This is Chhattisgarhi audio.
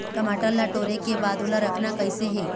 टमाटर ला टोरे के बाद ओला रखना कइसे हे?